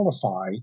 qualify